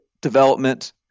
development